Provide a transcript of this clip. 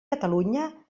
catalunya